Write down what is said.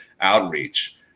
outreach